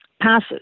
passes